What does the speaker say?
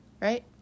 Right